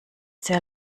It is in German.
sehr